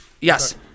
Yes